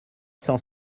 cent